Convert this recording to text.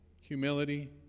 Humility